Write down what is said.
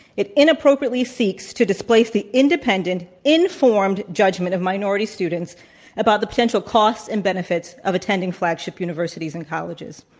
it inappropriately seeks to displace the independent, informed judgment of minority students about the potential costs and benefits of attending flagship universities and colleges.